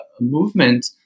movement